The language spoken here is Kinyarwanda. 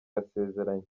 yasezeranye